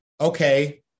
okay